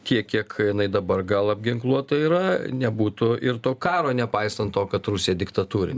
tiek kiek jinai dabar gal apginkluota yra nebūtų ir to karo nepaisant to kad rusija diktatūrin